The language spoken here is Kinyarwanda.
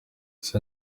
ese